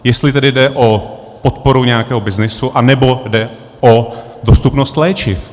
Jestli tedy jde o podporu nějakého byznysu, anebo jde o dostupnost léčiv.